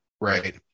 Right